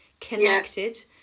connected